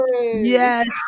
Yes